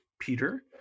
Peter